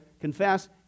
confess